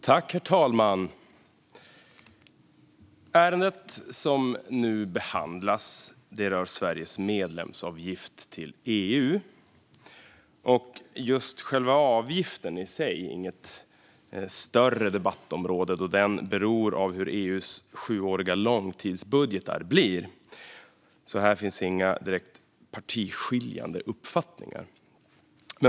Herr talman! Ärendet som nu behandlas rör Sveriges medlemsavgift till EU. Just själva avgiften är i sig inget större debattområde, då den är beroende av hur EU:s sjuåriga långtidsbudgetar blir. Här finns därför inga partiskiljande uppfattningar.